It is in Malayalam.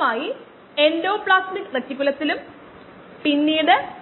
ബൈ 3 മണിക്കൂർ